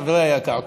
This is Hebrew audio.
חברי היקר,